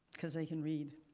because they can read.